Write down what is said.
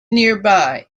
nearby